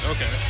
Okay